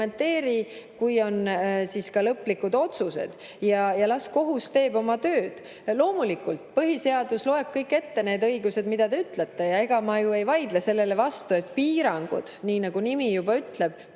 kui on tehtud lõplikud otsused. Las kohus teeb oma tööd. Loomulikult, põhiseadus loeb ette kõik need õigused, mida te nimetasite, ja ma ju ei vaidlegi sellele vastu, et piirangud, nii nagu nimi juba ütleb,